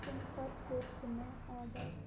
تمہ پَتہٕ کوٚر سُہ مےٚ آرڈَر